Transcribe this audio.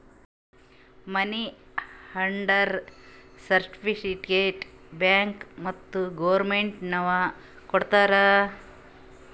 ಮನಿ order certificate bank ಮತ್ತ್ government ನವ್ರು ಕೊಡ್ತಾರ